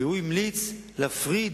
והוא המליץ להפריד